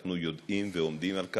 שאנחנו יודעים ועומדים על כך.